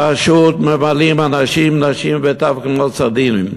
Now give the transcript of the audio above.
פשוט ממלאים אנשים, נשים וטף כמו סרדינים.